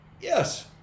Yes